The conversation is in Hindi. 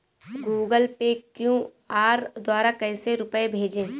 गूगल पे क्यू.आर द्वारा कैसे रूपए भेजें?